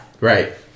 Right